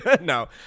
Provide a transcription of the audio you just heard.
No